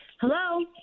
Hello